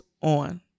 on